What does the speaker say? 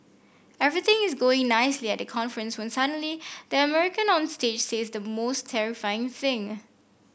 everything is going nicely at the conference when suddenly the American on stage says the most terrifying thing